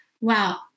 wow